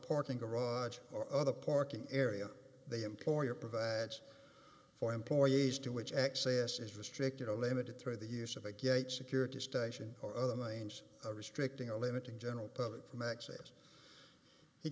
parking garage or other parking area they employer provides for employees to which access is restricted to limited through the use of a gate security station or other manged restricting a limited general public from access he